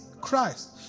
Christ